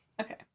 Okay